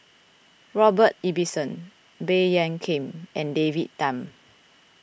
Robert Ibbetson Baey Yam Keng and David Tham